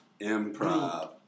Improv